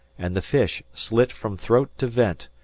and the fish, slit from throat to vent,